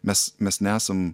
mes mes nesam